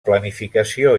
planificació